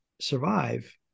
survive